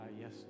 Yes